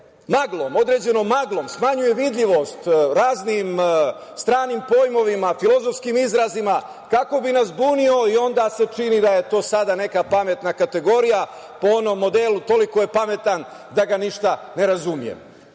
maglom, određenom maglom, smanjuje vidljivost raznim stranim pojmovima, filozofskim izrazima, kako bi nas zbunio i onda se čini da je to sada neka pametna kategorija, po onom modelu – toliko je pametan da ga ništa ne razumem. Takav